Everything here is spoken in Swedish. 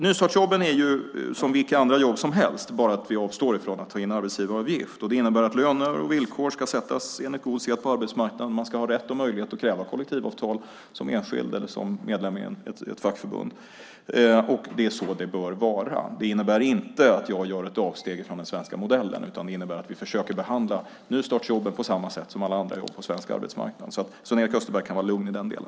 Nystartsjobben är som vilka andra jobb som helst. Vi avstår bara från att ta in arbetsgivaravgift. Det innebär att löner och villkor ska sättas enligt god sed på arbetsmarknaden. Man ska ha rätt och möjlighet att kräva kollektivavtal som enskild eller som medlem i ett fackförbund. Det är så det bör vara. Det innebär inte att jag gör ett avsteg från den svenska modellen. Det innebär att vi försöker behandla nystartsjobben på samma sätt som alla andra jobb på svensk arbetsmarknad. Så Sven-Erik Österberg kan vara lugn i den delen.